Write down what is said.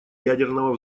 ядерного